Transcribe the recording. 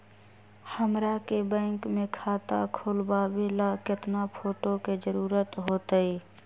हमरा के बैंक में खाता खोलबाबे ला केतना फोटो के जरूरत होतई?